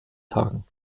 tagen